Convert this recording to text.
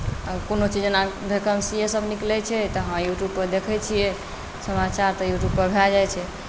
आओर कोनो चीज जेना भैकेन्सीएसब निकलै छै तऽ हँ यूट्यूबपर देखैत छियै समाचार तऽ यूट्यूबपर भए जाइत छै